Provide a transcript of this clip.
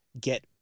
get